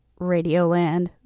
Radioland